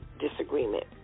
disagreement